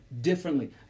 differently